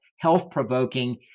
health-provoking